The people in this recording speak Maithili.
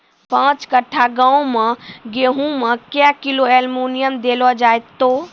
पाँच कट्ठा गांव मे गेहूँ मे क्या किलो एल्मुनियम देले जाय तो?